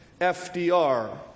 FDR